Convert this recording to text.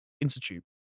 Institute